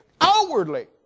outwardly